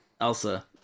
Elsa